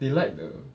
they like the